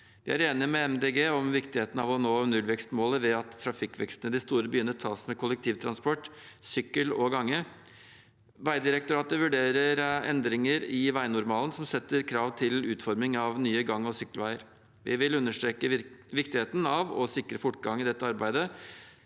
De Grønne i viktigheten av å nå nullvekstmålet ved at trafikkveksten i de store byene tas med kollektivtransport, sykkel og gange. Vegdirektoratet vurderer endringer i veinormalen som setter krav til utformingen av nye gang- og sykkelveier. Vi vil understreke viktigheten av å sikre fortgang i dette arbeidet